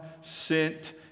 sent